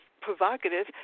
provocative